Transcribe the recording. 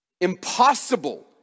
Impossible